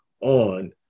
on